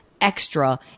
extra